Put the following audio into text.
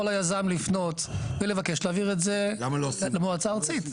יכול היזם לפנות ולבקש להעביר את זה למועצה הארצית.